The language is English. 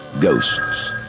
Ghosts